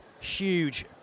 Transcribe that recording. huge